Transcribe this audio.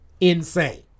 insane